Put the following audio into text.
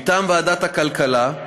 מטעם ועדת הכלכלה,